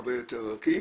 הרבה יותר ערכי.